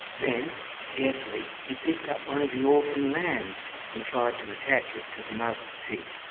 then carefully, he picked up one of the orphan lambs and tried to attach it to the mother's teat.